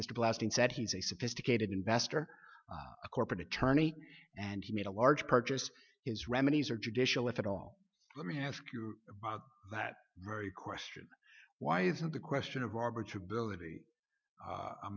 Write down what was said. mr blasting said he's a sophisticated investor a corporate attorney and he made a large purchase is remedies are judicial if at all let me ask you about that very question why isn't the question of robert